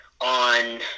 on